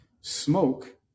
Smoke